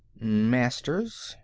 masters?